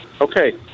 Okay